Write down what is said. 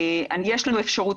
יש לנו אפשרות,